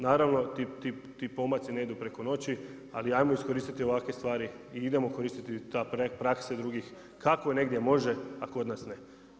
Naravno ti pomaci ne idu preko noći, ali hajmo iskoristiti ovakve stvari i idemo iskoristiti te prakse drugih kako negdje može a kod nas ne.